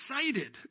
excited